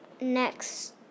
next